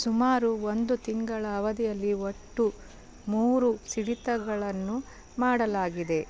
ಸುಮಾರು ಒಂದು ತಿಂಗಳ ಅವಧಿಯಲ್ಲಿ ಒಟ್ಟು ಮೂರು ಸಿಡಿತಗಳನ್ನು ಮಾಡಲಾಗಿದೆ